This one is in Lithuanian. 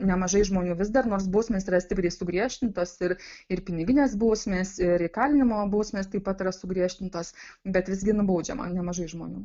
nemažai žmonių vis dar nors bausmės yra stipriai sugriežtintos ir ir piniginės bausmės ir įkalinimo bausmės taip pat yra sugriežtintos bet visgi nubaudžiama nemažai žmonių